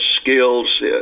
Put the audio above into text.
skills